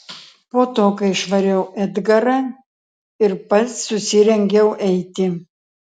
po to kai išvariau edgarą ir pats susirengiau eiti